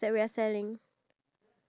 ya you know that